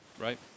Right